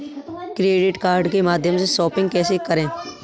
Credit card के माध्यम से शॉपिंग कैसे करें?